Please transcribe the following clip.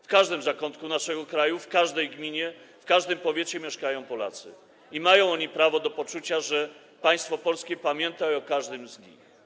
W każdym zakątku naszego kraju, w każdej gminie, w każdym powiecie mieszkają Polacy i mają oni prawo do poczucia, że państwo polskie pamięta o każdym z nich.